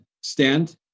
stand